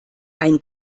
ein